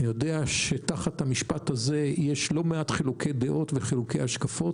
תחת המשפט הזה יש לא מעט חילוקי דעות והשקפות.